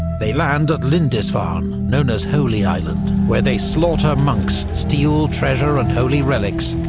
they land at lindisfarne, known as holy island, where they slaughter monks, steal treasure and holy relics,